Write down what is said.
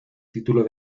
título